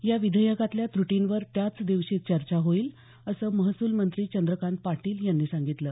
या विधेयकातल्या त्रटींवर त्याच दिवशी चर्चा होईल असं महसूल मंत्री चंद्रकांत पाटील यांनी सांगितलं